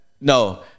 no